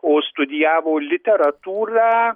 o studijavo literatūrą